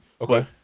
Okay